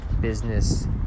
business